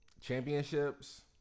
championships